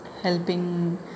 helping